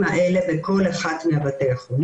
זה ממש לתת אקמול למחלה.